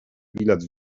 bilet